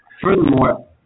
Furthermore